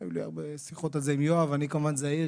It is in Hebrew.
היו לי הרבה שיחות על זה עם יואב אני כמובן זהיר,